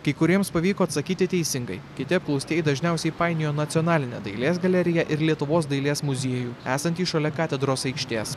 kai kuriems pavyko atsakyti teisingai kiti apklaustieji dažniausiai painioja nacionalinę dailės galeriją ir lietuvos dailės muziejų esantį šalia katedros aikštės